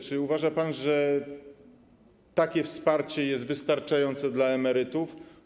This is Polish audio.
Czy uważa pan, że takie wsparcie jest wystarczające dla emerytów?